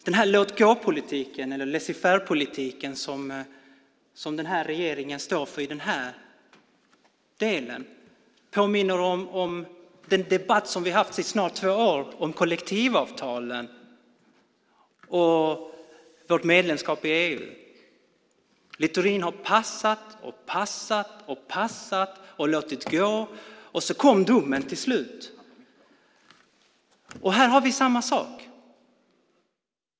Den här låtgåpolitiken, eller laissez faire politiken, som den här regeringen står för i den här delen påminner om den debatt som vi har haft i snart två år om kollektivavtalen och vårt medlemskap i EU. Littorin har passat och passat och passat och låtit gå, och så kom domen till slut. Här har vi samma sak.